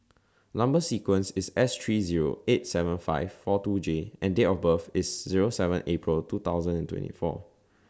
Number sequence IS S three Zero eight seven five four two J and Date of birth IS Zero seven April two thousand and twenty four